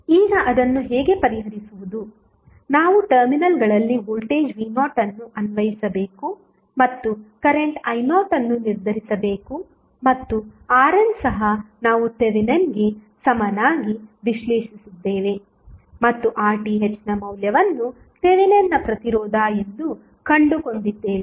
ಈಗ ಅದನ್ನು ಹೇಗೆ ಪರಿಹರಿಸುವುದು ನಾವು ಟರ್ಮಿನಲ್ಗಳಲ್ಲಿ ವೋಲ್ಟೇಜ್ v0 ಅನ್ನು ಅನ್ವಯಿಸಬೇಕು ಮತ್ತು ಕರೆಂಟ್ i0 ಅನ್ನು ನಿರ್ಧರಿಸಬೇಕು ಮತ್ತು RN ಸಹ ನಾವು ಥೆವೆನಿನ್ಗೆ ಸಮನಾಗಿ ವಿಶ್ಲೇಷಿಸಿದ್ದೇವೆ ಮತ್ತು RThನ ಮೌಲ್ಯವನ್ನು ಥೆವೆನಿನ್ನ ಪ್ರತಿರೋಧ ಎಂದು ಕಂಡುಕೊಂಡಿದ್ದೇವೆ